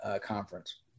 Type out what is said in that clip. conference